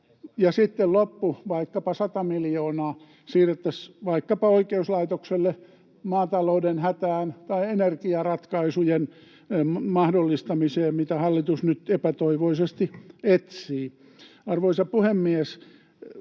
sitten loppu, vaikkapa sata miljoonaa, siirrettäisiin vaikkapa oikeuslaitokselle, maatalouden hätään tai energiaratkaisujen mahdollistamiseen, mitä hallitus nyt epätoivoisesti etsii. Arvoisa puhemies!